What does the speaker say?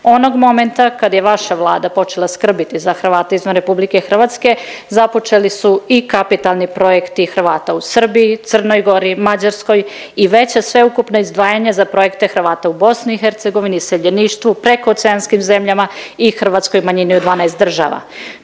Onog momenta kad je vaša Vlada počela skrbiti za Hrvate izvan RH započeli su i kapitalni projekti Hrvata u Srbiji, Crnoj Gori, Mađarskoj i veća sveukupna izdvajanja za projekte Hrvata u BIH, iseljeništvu, prekooceanskim zemljama i hrvatskoj manjini u 12 država.